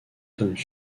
tomes